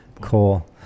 cool